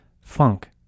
funk